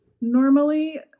Normally